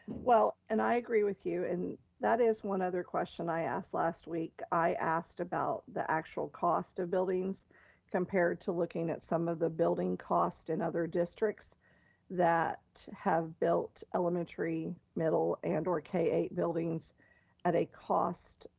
well, and i agree with you, and that is one other question i asked last week. i asked about the actual cost of buildings compared to looking at some of the building costs in and other districts that have built elementary, middle, and or k eight buildings at a cost